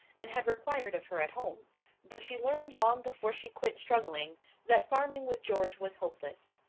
and had required of her at home but she learned long before she quit struggling that farming with george was hopeless.